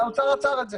האוצר עצר את זה.